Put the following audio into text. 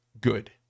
good